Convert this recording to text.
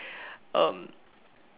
um